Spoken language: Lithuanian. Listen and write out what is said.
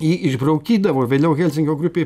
jį išbraukydavo vėliau helsinkio grupė